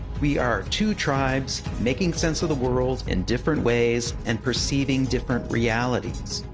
we are two tribes making sense of the world in different ways and perceiving different realities.